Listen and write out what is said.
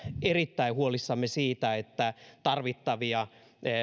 erittäin huolissamme siitä että tarvittavia